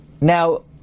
Now